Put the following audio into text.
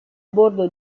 bordo